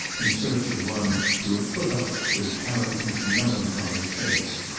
in search of one who would put up with carrington's melancholy face.